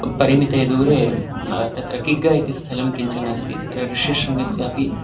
परिमिते दूरे तत्र किग्ग इति स्थलं किञ्चन अस्ति तत्र ऋष्यशृङ्गस्यापि